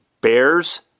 Bears